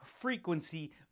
frequency